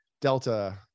delta